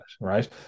right